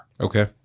Okay